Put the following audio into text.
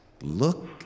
look